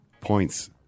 points